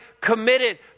committed